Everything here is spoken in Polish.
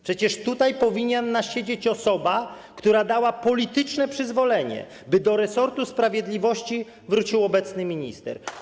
Przecież tutaj powinna siedzieć osoba, która dała polityczne przyzwolenie, by do resortu sprawiedliwości wrócił obecny minister.